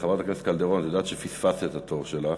חברת הכנסת קלדרון, את יודעת שפספסת את התור שלך.